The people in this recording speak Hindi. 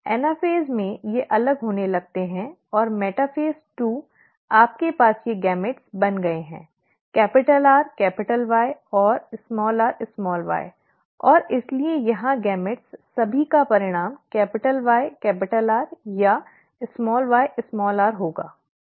एनाफ़ेज़ में ये अलग होने लगते हैं और मेटाफ़ेज़ दो आपके पास ये गैमेट बन गए हैंRY और ry और इसलिए यहाँ युग्मक सभी का परिणाम YR या yr होगाठीक है